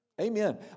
Amen